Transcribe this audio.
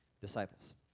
disciples